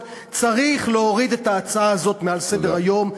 צריך להוריד את ההצעה הזאת מעל סדר-היום.